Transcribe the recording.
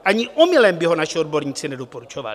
Ani omylem by ho naši odborníci nedoporučovali.